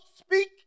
speak